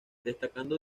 destacando